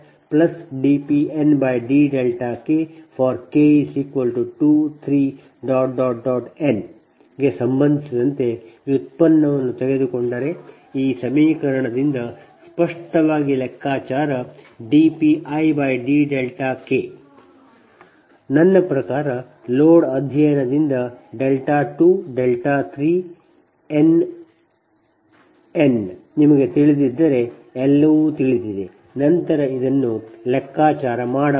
ಈಗ ನೀವು dPLossdKdP1dKdP2dKdP3dKdPmdKdPm1dKdPndK for k23n ಗೆ ಸಂಬಂಧಿಸಿದಂತೆ ವ್ಯುತ್ಪನ್ನವನ್ನು ತೆಗೆದುಕೊಂಡರೆ ಈ ಸಮೀಕರಣದಿಂದ ಸ್ಪಷ್ಟವಾಗಿ ಲೆಕ್ಕಾಚಾರ dPidK ನನ್ನ ಪ್ರಕಾರ ಲೋಡ್ ಅಧ್ಯಯನದಿಂದ δ 2 δ 3 n n ನಿಮಗೆ ತಿಳಿದಿದ್ದರೆ ಎಲ್ಲವೂ ತಿಳಿದಿದೆ ನಂತರ ಇದನ್ನು ಸಹ ಲೆಕ್ಕಾಚಾರ ಮಾಡಬಹುದು